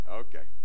okay